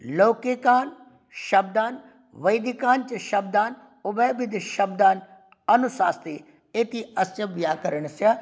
लौकिकान् शब्दान् वैदिकान् च शब्दान् उभयविधशब्दान् अनुशास्ति इति अस्य व्याकरणस्य